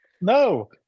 No